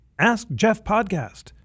askjeffpodcast